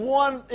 one